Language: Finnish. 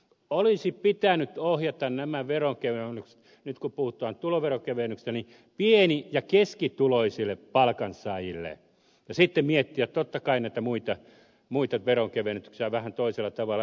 olisi pitänyt ohjata nämä veronkevennykset nyt kun puhutaan tuloveron kevennyksistä pieni ja keskituloisille palkansaajille ja sitten miettiä totta kai näitä muita veronkevennyksiä vähän toisella tavalla